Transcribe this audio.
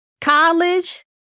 college